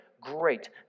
great